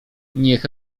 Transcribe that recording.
niech